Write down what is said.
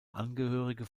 angehörige